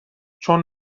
چون